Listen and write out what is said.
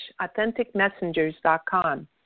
authenticmessengers.com